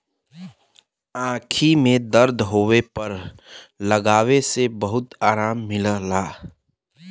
आंखी में दर्द होले पर लगावे से बहुते आराम मिलला